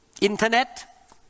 Internet